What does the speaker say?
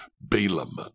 Balaam